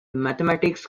mathematics